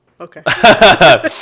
Okay